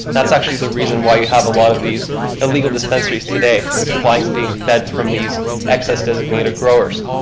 that's actually the reason why you have a lot of these illegal dispensaries today. the supplying is being fed from these excess designated growers.